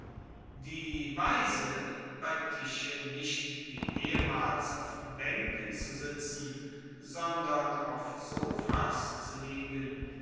die weise bei tische nicht wie ehemals auf baenken zu sitzen sondern auf sofas zu liegen